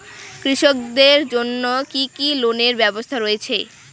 কৃষকদের জন্য কি কি লোনের ব্যবস্থা রয়েছে?